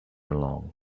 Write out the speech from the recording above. long